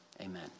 amen